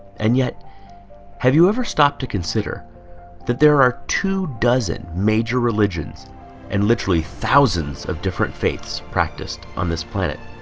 and yet have you ever stopped to consider that there are two dozen major religions and literally thousands of different faiths practiced on this planet